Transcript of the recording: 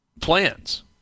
plans